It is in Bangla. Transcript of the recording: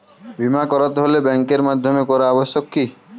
বিমা করাতে হলে ব্যাঙ্কের মাধ্যমে করা আবশ্যিক কি?